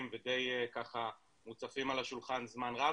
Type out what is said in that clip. ודי ככה מוצפים על השולחן זמן רב,